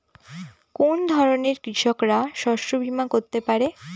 কোন ধরনের কৃষকরা শস্য বীমা করতে পারে?